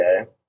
okay